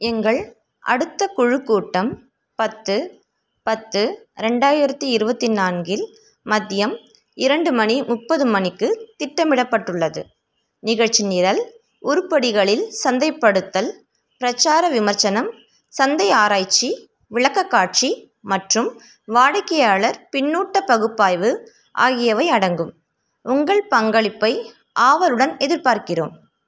எங்கள் அடுத்த குழு கூட்டம் பத்து பத்து ரெண்டாயிரத்தி இருபத்தி நான்கில் மதியம் இரண்டு மணி முப்பது மணிக்கு திட்டமிடப்பட்டுள்ளது நிகழ்ச்சி நிரல் உருப்படிகளில் சந்தைப்படுத்தல் பிரச்சார விமர்சனம் சந்தை ஆராய்ச்சி விளக்கக்காட்சி மற்றும் வாடிக்கையாளர் பின்னூட்ட பகுப்பாய்வு ஆகியவை அடங்கும் உங்கள் பங்களிப்பை ஆவலுடன் எதிர்பார்க்கிறோம்